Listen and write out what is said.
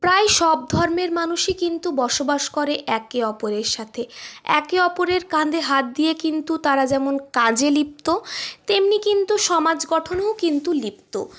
প্রায় সব ধর্মের মানুষই কিন্তু বসবাস করে একে অপরের সাথে একে অপরের কাঁধে হাত দিয়ে কিন্তু তাঁরা যেমন কাজে লিপ্ত তেমনই কিন্তু সমাজ গঠনেও কিন্তু লিপ্ত